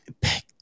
pick